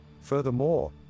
Furthermore